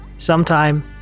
Sometime